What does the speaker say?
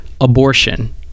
abortion